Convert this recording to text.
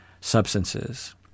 substances